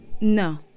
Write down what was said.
No